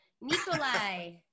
Nikolai